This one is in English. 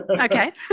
Okay